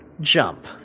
jump